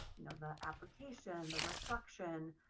you know, the application, the reflection,